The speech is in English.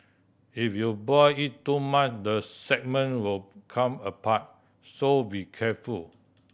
if you boil it too much the segment will come apart so be careful